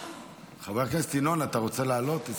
חבר הכנסת ינון, אתה רוצה לעלות?